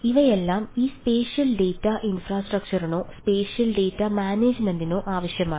ഇവയെല്ലാം ഈ spatial data മാനേജുമെന്റിനോ ആവശ്യമാണ്